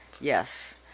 Yes